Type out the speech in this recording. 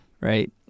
Right